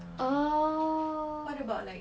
oh